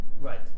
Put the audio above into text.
Right